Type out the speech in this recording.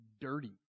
dirty